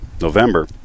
november